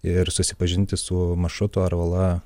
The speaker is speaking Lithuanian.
ir susipažinti su maršrutu ar uola